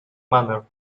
manner